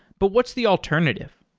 but what's the alternative?